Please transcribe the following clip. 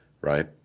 right